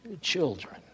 children